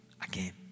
again